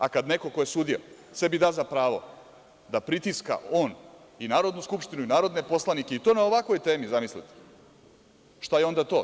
A kad neko ko je sudija sebi da za pravo da pritiska on i Narodnu skupštinu i narodne poslanike i to na ovakvoj temi zamislite, šta je onda to?